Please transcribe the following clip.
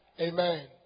Amen